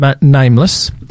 nameless